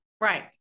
right